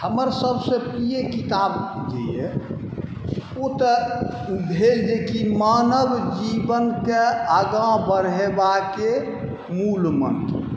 हमर सबसँ प्रिय किताब जे अइ ओ तऽ भेल जेकि मानव जीवनके आगाँ बढ़ेबाके मूल मन्त्र